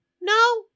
No